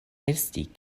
esti